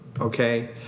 Okay